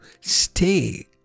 stay